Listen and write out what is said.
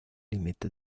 límite